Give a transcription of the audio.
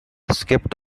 skipped